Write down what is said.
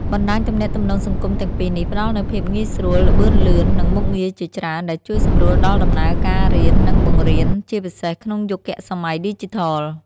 បណ្តាញទំនាក់ទំនងសង្គមទាំងពីរនេះផ្តល់នូវភាពងាយស្រួល ល្បឿនលឿន និងមុខងារជាច្រើនដែលជួយសម្រួលដល់ដំណើរការរៀន និងបង្រៀន ជាពិសេសក្នុងយុគសម័យឌីជីថល។